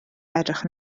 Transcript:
edrych